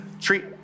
treat